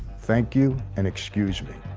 thank you and excuse me